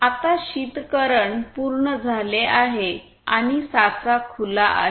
आता शीतकरण पूर्ण झाले आहे आणि साचा खुला आहे